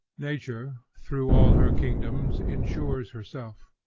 nature, through all her kingdoms, insures herself.